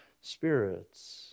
spirits